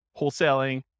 wholesaling